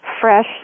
fresh